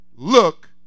Look